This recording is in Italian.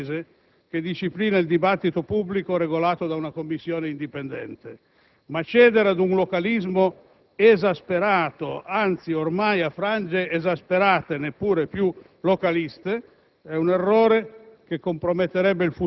magari sul paradigma della legge francese che disciplina il dibattito pubblico regolato da una Commissione indipendente. Ma cedere ad un localismo esasperato, anzi ormai a frange esasperate neppure più localiste,